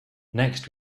next